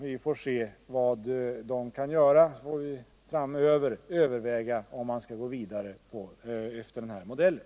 Vi får se vad de kan göra och vi får framöver överväga om man skall gå vidare efter den här modellen.